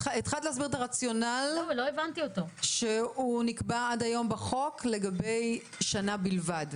התחלת להסביר את הרציונל שנקבע עד היום בחוק לגבי שנה בלבד.